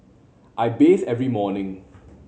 I bathe every morning